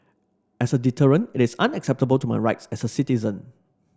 as a deterrent it is unacceptable to my rights as a citizen